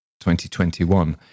2021